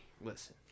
listen